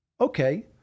okay